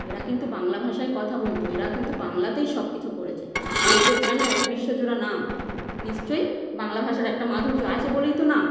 এরা কিন্তু বাংলা ভাষায় কথা বলতো এরা কিন্তু বাংলাতেই সব কিছু করেছে তাহলে এদের কেন এতো বিশ্ব জোড়া নাম নিশ্চই বাংলা ভাষার একটা মাধুর্য আছে বলেই তো নাম